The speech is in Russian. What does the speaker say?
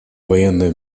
военное